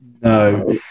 No